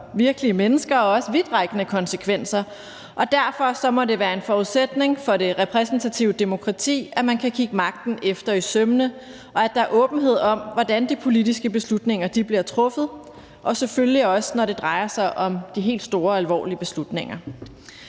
virkelige mennesker, og derfor må det være en forudsætning for det repræsentative demokrati, at man kan kigge magten efter i sømmene, og at der er åbenhed om, hvordan de politiske beslutninger bliver truffet. Det gælder selvfølgelig også, når det drejer sig om de helt store og alvorlige beslutninger.